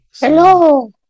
Hello